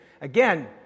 Again